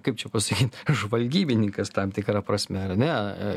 kaip čia pasakyt žvalgybininkas tam tikra prasme ar ne